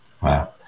Wow